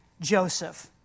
Joseph